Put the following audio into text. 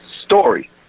story